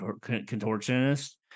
contortionist